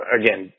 again